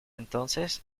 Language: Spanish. entonces